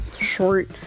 short